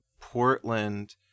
Portland